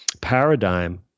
paradigm